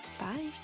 bye